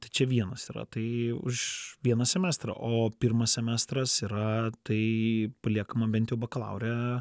tai čia vienas yra tai už vieną semestrą o pirmas semestras yra tai paliekama bent jau bakalaure